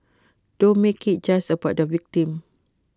don't make IT just about the victim